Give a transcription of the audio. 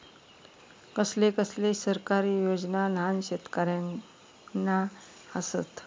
कसले कसले सरकारी योजना न्हान शेतकऱ्यांना आसत?